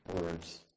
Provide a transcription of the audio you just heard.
words